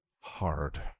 Hard